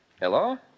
Hello